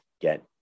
get